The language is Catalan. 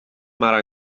mar